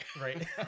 right